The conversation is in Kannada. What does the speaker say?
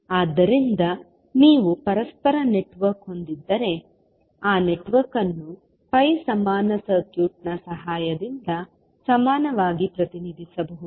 ಆದ್ದರಿಂದ ನೀವು ಪರಸ್ಪರ ನೆಟ್ವರ್ಕ್ ಹೊಂದಿದ್ದರೆ ಆ ನೆಟ್ವರ್ಕ್ ಅನ್ನು pi ಸಮಾನ ಸರ್ಕ್ಯೂಟ್ನ ಸಹಾಯದಿಂದ ಸಮಾನವಾಗಿ ಪ್ರತಿನಿಧಿಸಬಹುದು